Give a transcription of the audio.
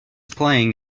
playing